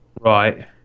Right